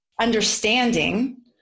understanding